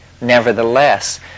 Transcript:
Nevertheless